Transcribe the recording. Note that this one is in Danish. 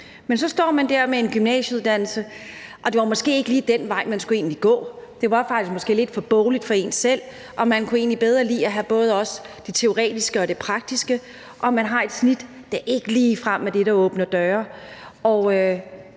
Men så står man der med en gymnasieuddannelse, og det var måske egentlig ikke lige den vej, man skulle gå, for det var måske faktisk lidt for bogligt for en selv, og man kunne egentlig også bedre lide at have både det teoretiske og det praktiske, og man har et snit, der ikke ligefrem er det, der åbner døre,